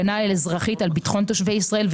הם מארגנים לשם הסעות גם כדי להפגין בתוך מדינת ישראל.